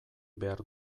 behar